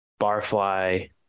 Barfly